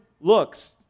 looks